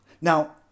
Now